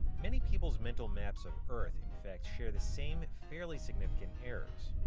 many peoples mental maps of earth, in fact, share the same, fairly significant errors.